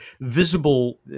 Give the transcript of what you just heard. visible